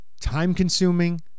time-consuming